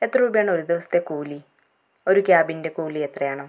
എത്ര രൂപയാണ് ഒരു ദിവസത്തെ കൂലി ഒരു ക്യാബിൻ്റെ കൂലി എത്രയാണ്